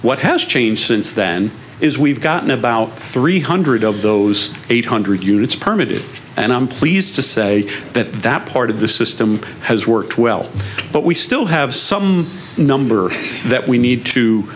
what has changed since then is we've gotten about three hundred of those eight hundred units permit and i'm pleased to say that that part of the system has worked well but we still have some number that we need to